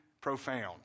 profound